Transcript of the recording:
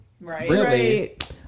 Right